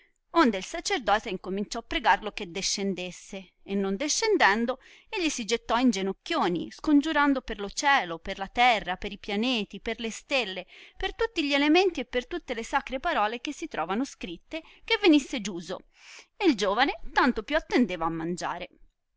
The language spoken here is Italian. onde il sacerdote incominciò pregarlo che descendesse e non descendendo egli si gettò in genocchioni scongiurando per lo cielo per la terra per i pianeti per le stelle per gli elementi e per tutte le sacre parole che si trovano scritte che venisse giuso e il giovane tanto più attendeva a mangiare